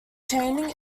chaining